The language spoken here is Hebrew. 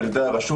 על ידי הרשות,